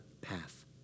path